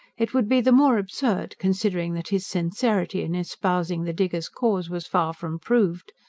it would be the more absurd, considering that his sincerity in espousing the diggers' cause was far from proved.